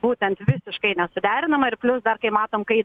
būtent visiškai nesuderinama ir plius dar kai matom kai